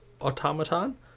automaton